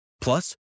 Plus